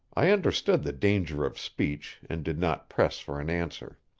i understood the danger of speech, and did not press for an answer.